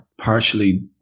partially